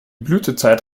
blütezeit